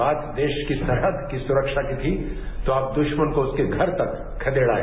भारत देश की सरहद की सुरक्षा की थी तो आप दुश्मन को उसके घर तक खदेड़ आए